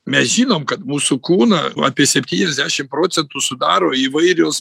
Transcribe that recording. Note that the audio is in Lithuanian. mes žinom kad mūsų kūną apie septyniasdešim procentų sudaro įvairios